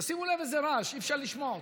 תשימו לב איזה רעש, אי-אפשר לשמוע אותו.